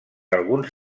alguns